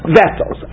vessels